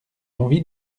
envie